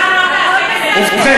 ובכן,